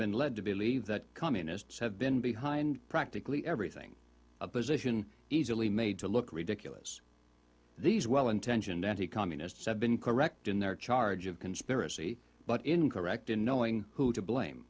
been led to believe that communists have been behind practically everything a position easily made to look ridiculous these well intentioned anti communists have been correct in their charge of conspiracy but incorrect in knowing who to blame